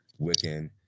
Wiccan